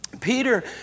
Peter